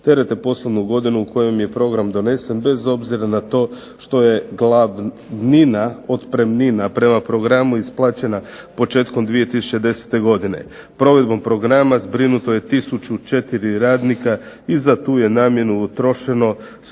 terete poslovnu godinu u kojoj je program donesen, bez obzira na to što je glavnina otpremnina prema programu isplaćena početkom 2010. godine. Provedbom programa zbrinuto je 1004 radnika i za tu je namjenu utrošeno 146,5